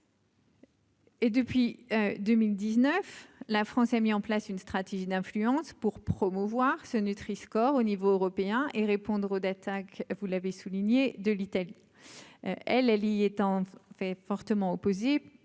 Et depuis 2019, la France est mis en place une stratégie d'influence pour promouvoir ce nutriscore au niveau européen et répondre aux d'attaque, vous l'avez souligné de l'Italie, elle, elle y est en effet fortement opposés